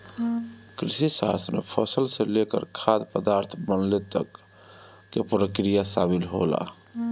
कृषिशास्त्र में फसल से लेकर खाद्य पदार्थ बनले तक कअ प्रक्रिया शामिल होला